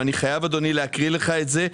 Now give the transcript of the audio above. ואני חייב להקריא לך את זה,